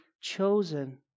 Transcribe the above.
chosen